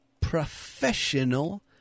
professional